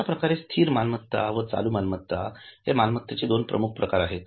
अश्याप्रकारे स्थिर मालमत्ता व चालू मालमत्ता हे मालमत्तेचे दोन प्रमुख प्रकार आहेत